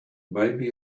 maybe